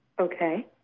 Okay